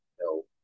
no